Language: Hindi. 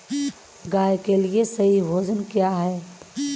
गाय के लिए सही भोजन क्या है?